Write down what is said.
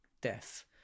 death